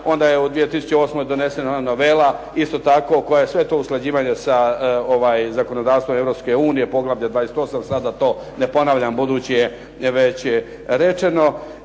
Onda je u 2008. donesena novela isto tako koja sve to usklađivanje sa zakonodavstvom Europske unije, poglavlje 28., sad da to ne ponavljam budući je već rečeno.